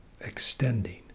extending